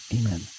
Amen